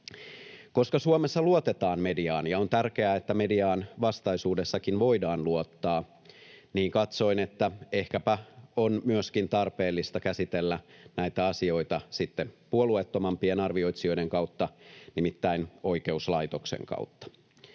Koska Suomessa luotetaan mediaan ja on tärkeää, että mediaan vastaisuudessakin voidaan luottaa, niin katsoin, että ehkäpä on myöskin tarpeellista käsitellä näitä asioita sitten puolueettomampien arvioitsijoiden kautta, nimittäin oikeuslaitoksen kautta.